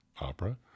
opera